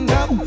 up